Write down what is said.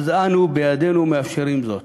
אז אנחנו בידינו מאשרים זאת.